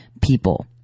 people